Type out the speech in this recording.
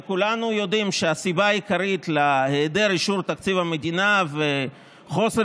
וכולנו יודעים שהסיבה העיקרית להיעדר אישור תקציב המדינה וחוסר